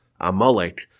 Amalek